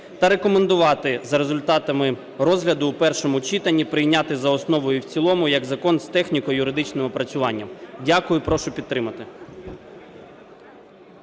та рекомендувати за результатами розгляду в першому читанні прийняти за основу та в цілому як закон з техніко-юридичним опрацюванням. Дякую і прошу підтримати.